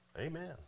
Amen